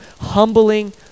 humbling